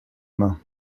main